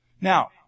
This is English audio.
Now